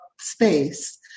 space